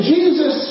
Jesus